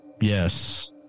Yes